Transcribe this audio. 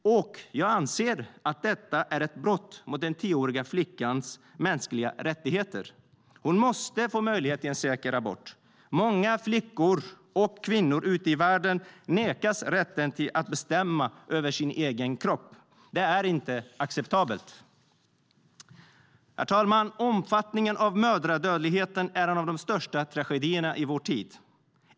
Jag anser att detta är ett brott mot den tioåriga flickans mänskliga rättigheter. Hon måste få möjlighet till en säker abort. Många flickor och kvinnor ute i världen nekas rätten till att bestämma över sin egen kropp. Det är inte acceptabelt! Herr talman! Omfattningen av mödradödligheten är en av de största tragedierna i vår tid.